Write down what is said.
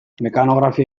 mekanografia